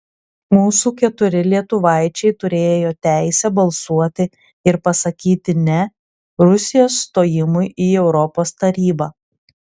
mūsų keturi lietuvaičiai turėjo teisę balsuoti ir pasakyti ne rusijos stojimui į europos tarybą